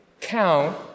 count